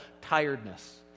tiredness